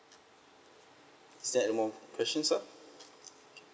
is there any more questions sir